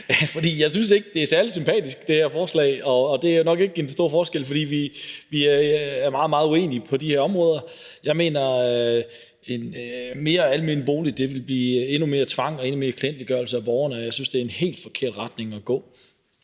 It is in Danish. jeg synes ikke, de her forslag er særlig sympatiske. Og det vil nok ikke gøre den store forskel, for vi er meget, meget uenige på det her område. Jeg mener, at endnu flere almene boliger vil give endnu mere tvang og endnu mere klientgørelse af borgerne, og jeg synes, det er en helt forkert retning at gå